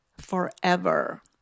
forever